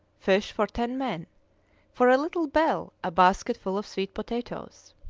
fish for ten men for a little bell, a basket full of sweet potatoes.